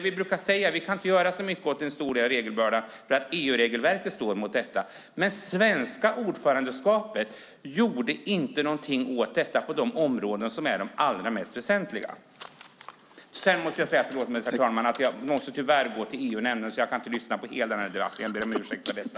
Vi brukar säga att vi inte kan göra så mycket åt den stora regelbördan, för EU-regelverket står emot. Men det svenska ordförandeskapet gjorde inte något åt detta på de områden som är de allra mest väsentliga. Herr talman! Jag måste tyvärr gå till EU-nämnden, så jag kan inte lyssna på hela den här debatten. Jag ber om ursäkt för detta.